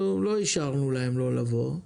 לא אישרנו להם לא לבוא,